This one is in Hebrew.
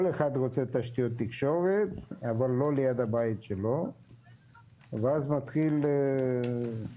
אחד רוצה תשתיות תקשורת אבל לא ליד הבית שלו ואז מתחיל סיפור.